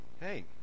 hey